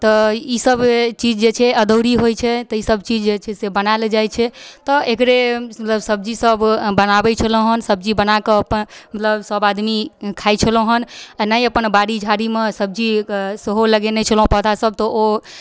तऽ ई सब चीज जे छै अदौरी होइ छै तऽ सब चीज जे छै से बनायल जाइ छै तऽ एकरे मतलब सब्जी सब बनाबै छलहुँ हन सब्जी बनाके अपन मतलब सब आदमी खाइ छलहुँ हन एनाही अपन बारी झाड़ीमे सब्जी सेहो लगेने छलहुँ पौधा सब तऽ ओ